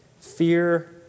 Fear